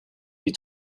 you